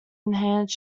enhance